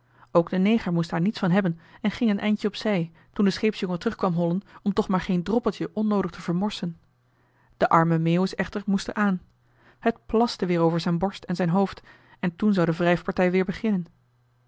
ook de neger moest daar niets van hebben en ging een eindje op zij toen de scheepsjongen terug kwam hollen om toch maar geen droppeltje onnoodig te vermorsen de arme meeuwis echter moest er aan het plaste weer over zijn borst en zijn hoofd en toen zou de wrijf partij weer beginnen